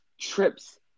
trips